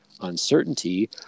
uncertainty